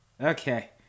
Okay